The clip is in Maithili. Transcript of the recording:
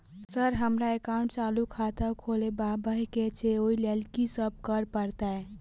सर हमरा एकटा चालू खाता खोलबाबह केँ छै ओई लेल की सब करऽ परतै?